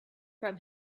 from